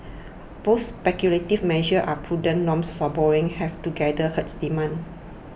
both speculative measures and prudent norms for borrowing have together hurts demand